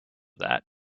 that